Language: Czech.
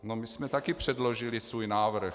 No, my jsme taky předložili svůj návrh.